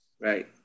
right